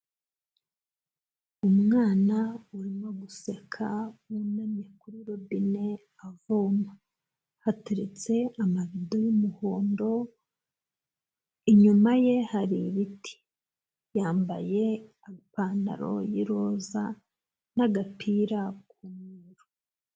Umwana urimo guseka w'unamye kuri robine avoma, hateretse amabido y'umuhondo, inyuma ye hari ibiti, yambaye agapantaro y'iroza, n'agapira...